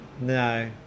No